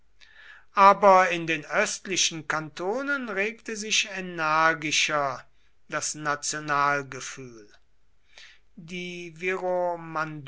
aber in den östlichen kantonen regte sich energischer das nationalgefühl die